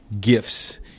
gifts